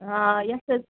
آ یَتھ حظ